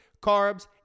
carbs